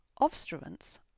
Obstruents